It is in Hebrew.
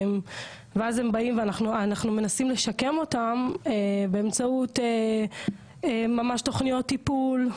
ואז הם באים ואנחנו מנסים לשקם אותם באמצעות ממש תוכניות טיפול.